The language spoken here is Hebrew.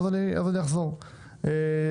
אני אחזור עליהם.